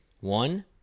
one